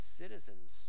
citizens